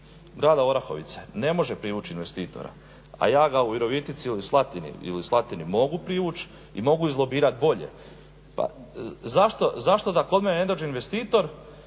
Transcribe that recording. grada Orahovice ne može privući investitora, a ja ga u Virovitici i u Slatini mogu privući i mogu izlobirati bolje pa zašto da kod mene ne dođe investitor,